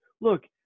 look